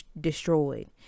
destroyed